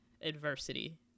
adversity